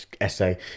Essay